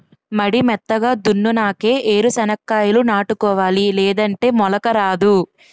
మడి మెత్తగా దున్నునాకే ఏరు సెనక్కాయాలు నాటుకోవాలి లేదంటే మొలక రాదు